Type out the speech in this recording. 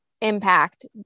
impact